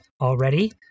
already